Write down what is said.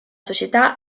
società